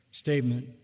statement